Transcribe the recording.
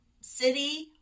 city